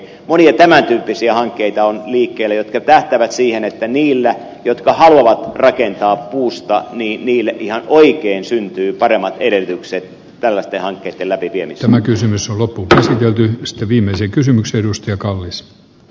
monia tämän tyyppisiä hankkeita on liikkeellä jotka tähtäävät siihen että niille jotka haluavat rakentaa puusta ihan oikein syntyvät paremmat edellytykset tälle pihan keskellä pieni tämä kysymys on lopulta se löytyi vasta viimeisen kysymyksen tällaisten hankkeiden läpiviemiseen